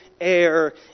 air